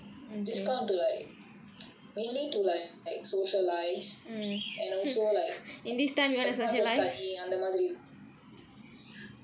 just kind of to like mainly to like socialise and also like and not just to study அந்த மாதிரி இல்லாம:antha maathiri illaama or something